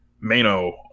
Mano